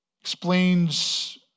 explains